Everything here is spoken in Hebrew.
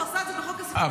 הוא עשה את זה בחוק הספריות,